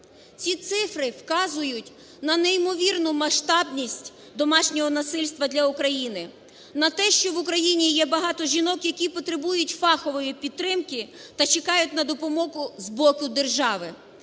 Ці цифри вказують на неймовірну масштабність домашнього насильства для України, на те, що в Україні є багато жінок, які потребують фахової підтримки та чекають на допомогу з боку держави,